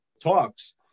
talks